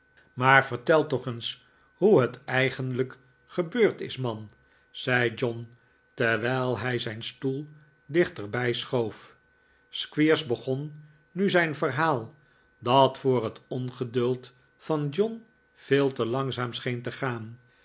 maar vertel toch eens hoe het eigenlijk gebeurd is man zei john terwijl hij zijn stoel dichterbij schoof squeers begon nu zijn verhaal dat voor het ongeduld van john veel te langzaam scheen te gaanj